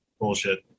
bullshit